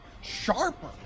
sharper